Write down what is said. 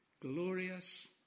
Glorious